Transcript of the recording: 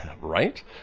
Right